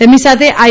તેમની સાથે આઇ